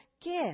gift